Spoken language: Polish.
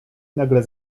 nagle